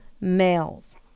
males